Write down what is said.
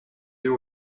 yeux